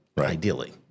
ideally